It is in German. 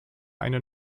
eine